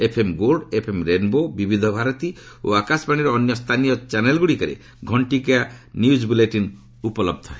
FM gold FM rainbow Vividh Bharati ଓ ଆକାଶବାଣୀର ଅନ୍ୟ ସ୍ଥାୟୀୟ ଚ୍ୟାନେଲ୍ଗୁଡ଼ିକରେ ଘଣ୍ଟିକିଆ ନ୍ୟୁକ୍ ବୁଲେଟିନ୍ ଉପଲବ୍ଧ ହେବ